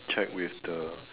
check with the